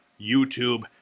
YouTube